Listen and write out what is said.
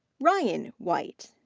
ryan white.